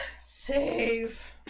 Save